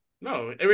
No